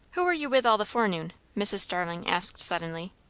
who were you with all the forenoon? mrs. starling asked suddenly.